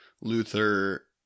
Luther